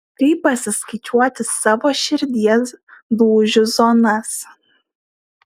kaip pasiskaičiuoti savo širdies dūžių zonas